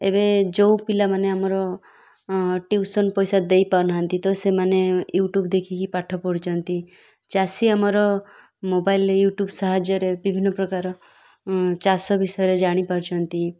ଏବେ ଯେଉଁ ପିଲାମାନେ ଆମର ଟ୍ୟୁସନ୍ ପଇସା ଦେଇ ପାରୁନାହାନ୍ତି ତ ସେମାନେ ୟୁ ଟ୍ୟୁବ୍ ଦେଖିକି ପାଠ ପଢ଼ୁଛନ୍ତି ଚାଷୀ ଆମର ମୋବାଇଲରେ ୟୁ ଟ୍ୟୁବ୍ ସାହାଯ୍ୟରେ ବିଭିନ୍ନ ପ୍ରକାର ଚାଷ ବିଷୟରେ ଜାଣିପାରୁଛନ୍ତି